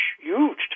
huge